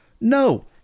No